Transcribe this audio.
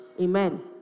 Amen